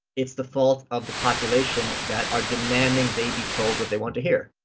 it's the fault of the population that are demanding they be told what they want to hear?